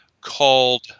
called